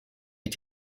mit